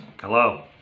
Hello